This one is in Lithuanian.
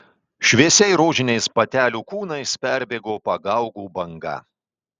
šviesiai rožiniais patelių kūnais perbėgo pagaugų banga